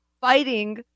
fighting